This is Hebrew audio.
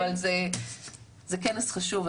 אבל זה כנס חשוב,